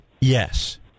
Yes